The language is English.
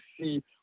see